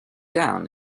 down